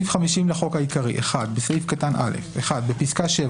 "תיקון סעיף 50 בסעיף 50 לחוק העיקרי - בסעיף קטן (א) - בפסקה (7),